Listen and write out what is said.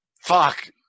Fuck